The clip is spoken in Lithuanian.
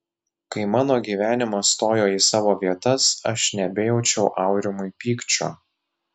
kai mano gyvenimas stojo į savo vietas aš nebejaučiau aurimui pykčio